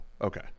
okay